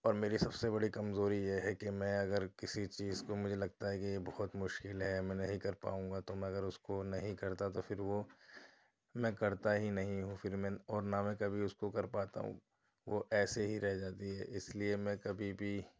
اور میری سب سے بڑی کمزوری یہ ہے کہ میں اگر کسی چیز کو مجھے لگتا ہے کہ یہ بہت مشکل ہے میں نہیں کر پاؤں گا تو میں اگر اُس کو نہیں کرتا تو پھر وہ میں کرتا ہی نہیں ہوں پھر میں اور نہ میں کبھی اُس کو کر پاتا ہوں وہ ایسے ہی رہ جاتی ہے اِس لیے میں کبھی بھی